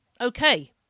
okay